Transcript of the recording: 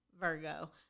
Virgo